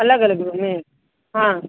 अलग अलग भेलै हँ